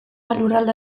lurralde